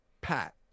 Pat